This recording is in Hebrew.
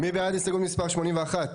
מי בעד הסתייגות מספר 81?